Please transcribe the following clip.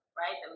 right